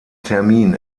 termin